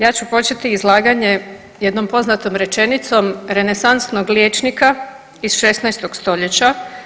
Ja ću početi izlaganje jednom poznatom rečenicom renesansnog liječnika iz 16. st.